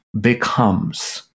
becomes